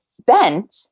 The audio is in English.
spent